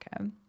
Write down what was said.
okay